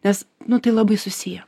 nes nu tai labai susiję